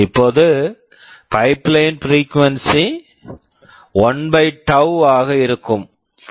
இப்போது pipeline frequency pipeline frequency 1 tau tau ஆக இருக்கும்